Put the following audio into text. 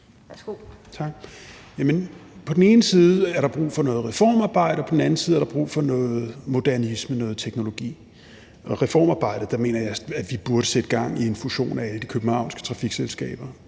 På den ene side er der brug for noget reformarbejde, på den anden side er der brug for noget modernisering, altså noget teknologi. Med reformarbejdet mener jeg, at vi burde sætte gang i en fusion af alle de københavnske trafikselskaber,